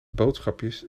boodschapjes